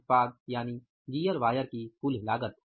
तो उत्पाद यानि गियर वायर की कुल लागत